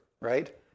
right